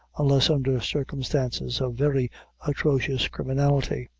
unless under circumstances of very atrocious criminality.